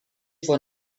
for